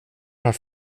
har